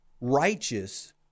righteous